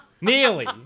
Nearly